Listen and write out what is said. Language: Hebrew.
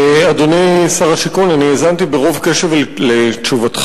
אדוני שר השיכון, אני האזנתי ברוב קשב לתשובתך,